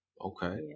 okay